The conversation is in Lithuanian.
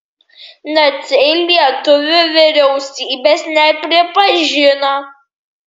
naciai lietuvių vyriausybės nepripažino